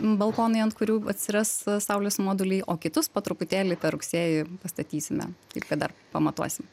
balkonai ant kurių atsiras saulės moduliai o kitus po truputėlį per rugsėjį pastatysime taip kad dar pamatuosim